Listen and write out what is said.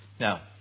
Now